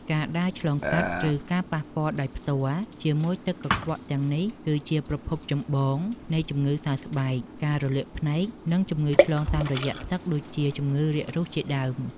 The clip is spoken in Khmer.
ការដើរឆ្លងកាត់ ឬការប៉ះពាល់ដោយផ្ទាល់ជាមួយទឹកកខ្វក់ទាំងនេះ គឺជាប្រភពចម្លងនៃជំងឺសើស្បែក ការរលាកភ្នែក និងជំងឺឆ្លងតាមរយៈទឹកដូចជាជំងឺរាករូសជាដើម។